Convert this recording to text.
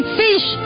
fish